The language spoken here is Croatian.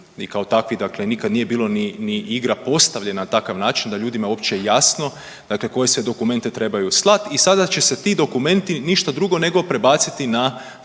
i kao takvi dakle nikad nije bilo ni, ni igra postavljena na takav način da je ljudima uopće jasno dakle koje sve dokumente trebaju slat i sada će se ti dokumenti ništa drugo nego prebaciti na fond,